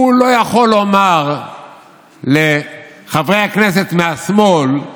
הוא לא יכול לומר לחברי הכנסת מהשמאל: